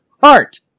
heart